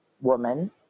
woman